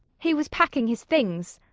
he was packing his things.